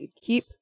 keep